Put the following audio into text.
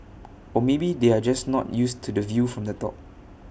or maybe they are just not used to the view from the top